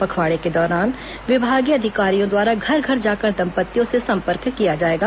पखवाड़े के दौरान विभागीय अधिकारियों द्वारा घर घर जाकर दम्पत्तियों से संपर्क किया जाएगा